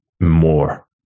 more